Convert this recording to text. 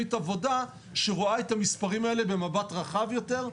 תוכנית עבודה שרואה את המספרים האלה במבט רחב יותר,